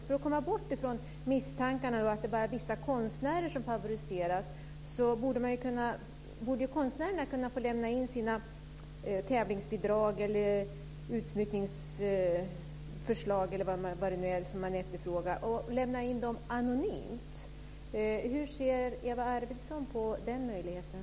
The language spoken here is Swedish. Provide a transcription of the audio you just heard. För att komma bort från misstankarna att det bara är vissa konstnärer som favoriseras borde konstnärerna kunna få lämna in sina tävlingsbidrag, utsmyckningsförslag eller vad det är man efterfrågar anonymt. Hur ser Eva Arvidsson på den möjligheten?